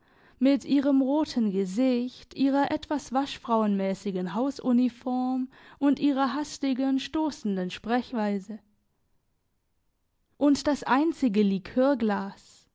mit ihrem roten gesicht ihrer etwas waschfrauenmässigen hausuniform und ihrer hastigen stossenden sprechweise und das einzige likörglas